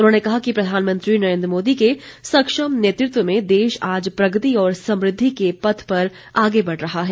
उन्होंने कहा कि प्रधानमंत्री नरेन्द्र मोदी के सक्षम नेतृत्व में देश आज प्रगति और स्मृद्धि के पथ पर आगे बढ़ रहा है